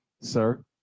sir